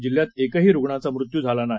जिल्ह्यात काल एकही रुग्णाचा मृत्यू झाला नाही